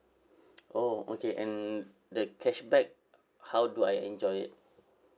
oh okay and the cashback how do I enjoy it